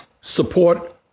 support